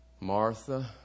Martha